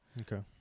Okay